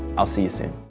i'll see see